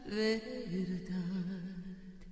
verdad